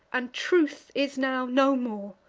and truth is now no more!